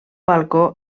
balcó